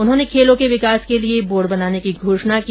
उन्होंने खेलो के विकास के लिये बोर्ड बनाने की घोषणा की